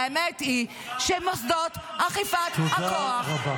והאמת היא שמוסדות אכיפת הכוח -- תודה רבה.